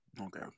Okay